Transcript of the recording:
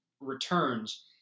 returns